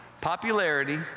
popularity